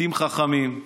בתים חכמים,